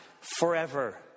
forever